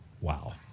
Wow